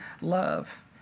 love